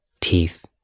teeth